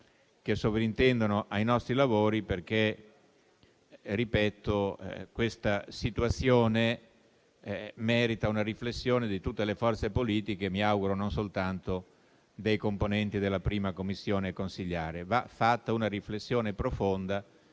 che sovrintendono ai nostri lavori. Ripeto che questa situazione merita una riflessione di tutte le forze politiche, e mi auguro non soltanto da parte dei componenti della 1a Commissione. Va fatta una riflessione profonda,